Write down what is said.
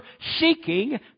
seeking